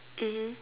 mmhmm